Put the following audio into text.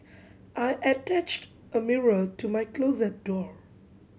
I attached a mirror to my closet door